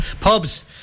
Pubs